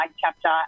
chapter